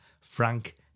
Frank